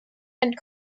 and